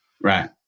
Right